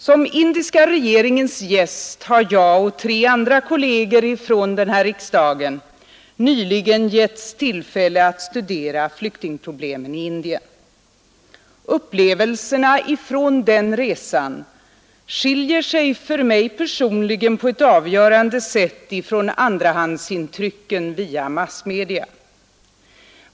Som indiska regeringens gäst har jag och tre andra kolleger från den svenska riksdagen nyligen givits tillfälle att studera flyktingproblemen i Indien. Upplevelserna från den resan skiljer sig för mig personligen på ett avgörande sätt från andrahandsintrycken via massmedia.